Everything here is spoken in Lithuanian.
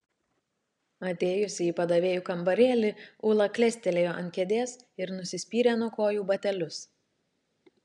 atėjusi į padavėjų kambarėlį ūla klestelėjo ant kėdės ir nusispyrė nuo kojų batelius